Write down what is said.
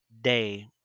day